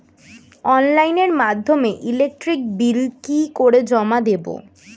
অনলাইনের মাধ্যমে electric bill কি করে জমা দেবো?